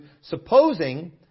supposing